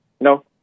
No